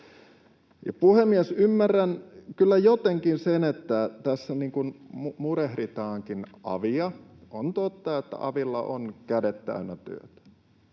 Puhemies! Ymmärrän kyllä jotenkin sen, että tässä murehditaankin avia. On totta, että avilla on kädet täynnä työtä.